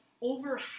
over